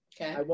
Okay